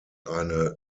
eine